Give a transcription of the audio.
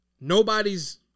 nobody's